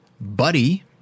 Buddy